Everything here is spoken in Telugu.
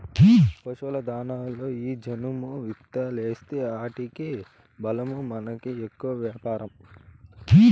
పశుల దాణాలలో ఈ జనుము విత్తూలేస్తీ ఆటికి బలమూ మనకి ఎక్కువ వ్యాపారం